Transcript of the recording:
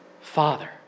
Father